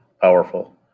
powerful